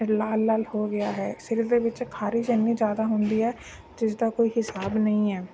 ਲਾਲ ਲਾਲ ਹੋ ਗਿਆ ਹੈ ਸਿਰ ਦੇ ਵਿੱਚ ਖਾਰਿਸ਼ ਜ਼ਿੰਨੀ ਜ਼ਿਆਦਾ ਹੁੰਦੀ ਹੈ ਜਿਸਦਾ ਕੋਈ ਹਿਸਾਬ ਨਹੀਂ ਹੈ